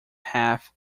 half